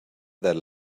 that